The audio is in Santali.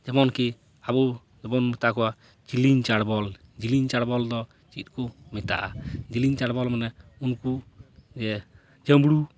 ᱡᱮᱢᱚᱱ ᱠᱤ ᱟᱵᱚ ᱫᱚᱵᱚᱱ ᱢᱮᱛᱟ ᱠᱚᱣᱟ ᱡᱤᱞᱤᱝ ᱪᱟᱬᱵᱚᱞ ᱡᱤᱞᱤᱝ ᱪᱟᱬᱵᱚᱞ ᱫᱚ ᱪᱮᱫ ᱠᱚ ᱢᱮᱛᱟᱜᱼᱟ ᱡᱤᱞᱤᱝ ᱪᱟᱬᱵᱚᱞ ᱢᱟᱱᱮ ᱩᱱᱠᱩ ᱡᱮ ᱡᱟᱢᱲᱩ